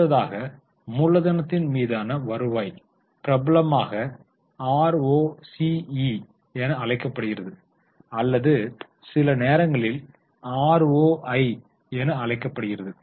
அடுத்ததாக மூலதனத்தின் மீதான வருவாய் பிரபலமாக ஆர்ஓசிஈ என அழைக்கப்படுகிறது அல்லது சில நேரங்களில் ஆர்ஓஐ என அழைக்கப்படுகிறது